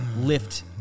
lift